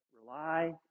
Rely